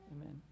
Amen